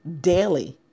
daily